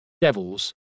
devils